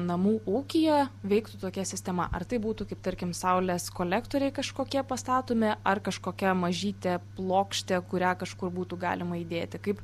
namų ūkyje veiktų tokia sistema ar tai būtų kaip tarkim saulės kolektoriai kažkokie pastatomi ar kažkokia mažytė plokštė kurią kažkur būtų galima įdėti kaip